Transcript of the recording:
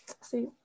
See